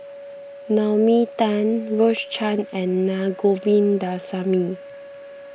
Naomi Tan Rose Chan and Na Govindasamy